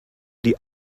die